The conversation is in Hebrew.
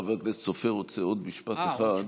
חבר הכנסת סופר רוצה עוד משפט אחד.